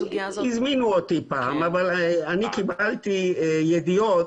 הזמינו אותי פעם אבל אני קיבלתי ידיעות